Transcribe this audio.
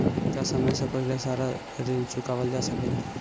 का समय से पहले सारा ऋण चुकावल जा सकेला?